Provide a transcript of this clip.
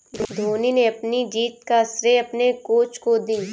धोनी ने अपनी जीत का श्रेय अपने कोच को दी